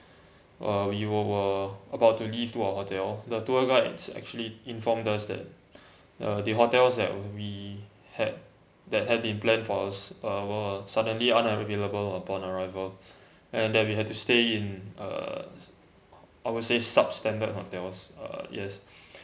uh we were about to leave to our hotel the tour guides actually informed us that uh the hotels that we had that had been planned for us uh were suddenly unavailable upon arrival and that we had to stay in uh I will say sub standard hotels uh yes